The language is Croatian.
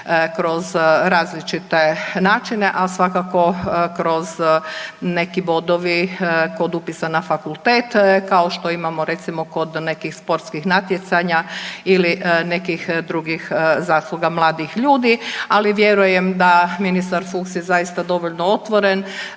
kroz različite načine, ali svakako kroz neki bodovi kod upisa na fakultet, kao što imamo, recimo kod nekih sportskih natjecanja ili nekih drugih zasluga mladih ljudi, ali vjerujem da ministar Fuchs je zaista dovoljno otvoren